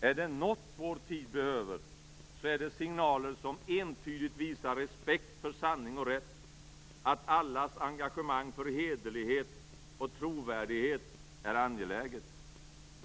Är det något vår tid behöver, så är det signaler som entydigt visar respekt för sanning och rätt och att allas engagemang för hederlighet och trovärdighet är angeläget.